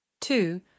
Two